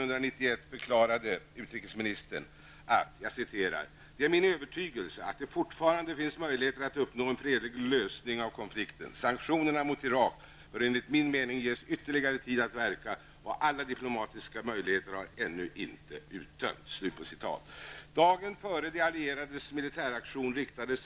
''det är min övertygelse att det fortfarande finns möjligheter att uppnå en fredlig lösning av konflikten. Sanktionerna mot Irak bör enligt min mening ges ytterligare en tid att verka och alla diplomatiska möjligheter har ännu inte uttömts.''